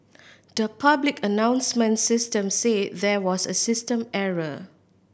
the public announcement system said there was a system error